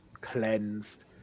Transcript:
cleansed